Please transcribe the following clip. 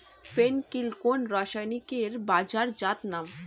ফেন কিল কোন রাসায়নিকের বাজারজাত নাম?